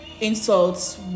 insults